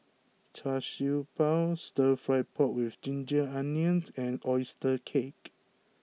Char Siew Bao Stir Fry Pork with Ginger Onions and Oyster Cake